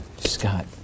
Scott